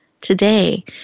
Today